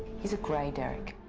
he's a gray, derek.